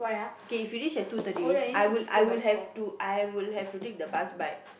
okay finish at two thirty means I would I would have to I would have to take the bus by